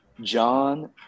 John